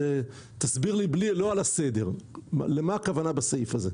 תסביר לי לא על הסדר אלא למה הכוונה בסעיף הזה?